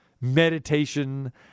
meditation